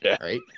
right